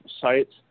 sites